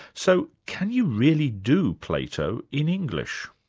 so can you really do plato in english?